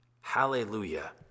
Hallelujah